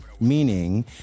Meaning